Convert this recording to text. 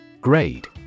Grade